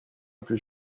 plus